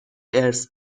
ارث